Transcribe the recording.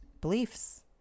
beliefs